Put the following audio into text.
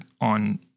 on